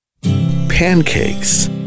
Pancakes